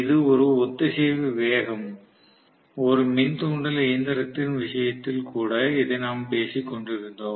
இது ஒரு ஒத்திசைவு வேகம் ஒரு மின் தூண்டல் இயந்திரத்தின் விஷயத்தில் கூட இதை நாம் பேசிக் கொண்டிருந்தோம்